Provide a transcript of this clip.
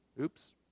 Oops